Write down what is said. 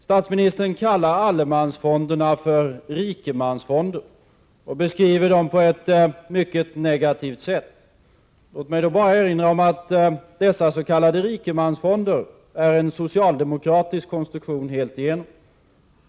Statsministern kallar allemansfonderna för rikemansfonder och beskriver dem på ett mycket negativt sätt. Låt mig då erinra om att dessa s.k. rikemansfonder är en socialdemokratisk konstruktion helt igenom.